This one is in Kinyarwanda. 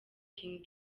king